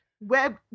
web